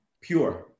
pure